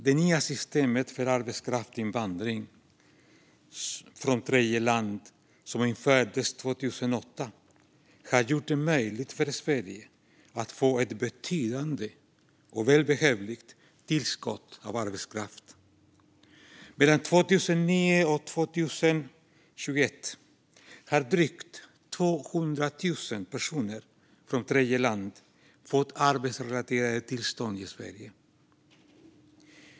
Det nya system för arbetskraftsinvandring från tredjeland som infördes 2008 har gjort det möjligt för Sverige att få ett betydande och välbehövligt tillskott av arbetskraft. Mellan 2009 och 2021 har drygt 200 000 personer från tredjeland fått arbetsrelaterade tillstånd i Sverige.